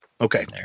Okay